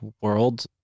world